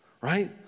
right